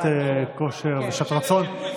יש הזדמנות לשעת כושר ושעת רצון.